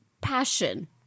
passion